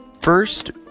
first